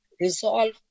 resolve